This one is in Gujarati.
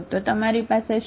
તો તમારી પાસે શું છે